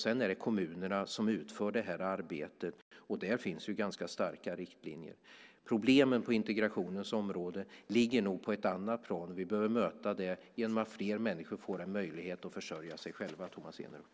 Sedan är det kommunerna som utför arbetet, och där finns ganska starka riktlinjer. Problemen på integrationens område ligger nog på ett annat plan, och vi bör möta dem genom att fler människor får möjlighet att försörja sig själva, Tomas Eneroth.